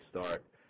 start